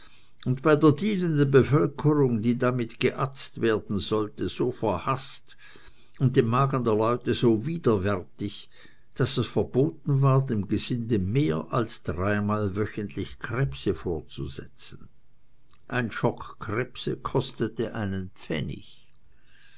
und bei der dienenden bevölkerung die damit geatzt werden sollte so verhaßt und dem magen der leute so widerwärtig daß es verboten war dem gesinde mehr als dreimal wöchentlich krebse vorzusetzen ein schock krebse kostete einen pfennig